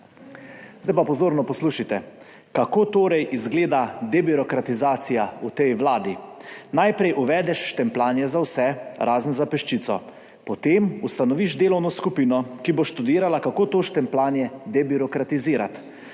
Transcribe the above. Zdaj pa pozorno poslušajte, kako torej izgleda debirokratizacija v tej vladi. Najprej uvedeš štempljanje za vse, razen za peščico, potem ustanoviš delovno skupino, ki bo študirala, kako to štempljanje debirokratizirati.